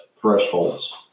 thresholds